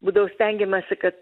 būdavo stengiamasi kad